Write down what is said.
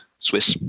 Swiss